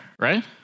right